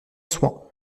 soin